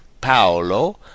Paolo